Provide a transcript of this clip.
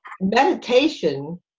meditation